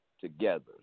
together